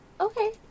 Okay